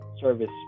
service